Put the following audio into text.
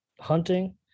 hunting